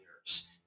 years